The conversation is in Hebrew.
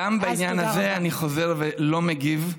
גם בעניין הזה אני חוזר ולא מגיב,